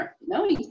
No